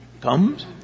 comes